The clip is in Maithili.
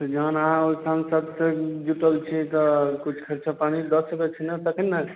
तऽ जहन अहाँ ओइ ठाम सभ तऽ जुटल छी तऽ किछु खर्चा पानि दऽ सकय छै नहि तखन ने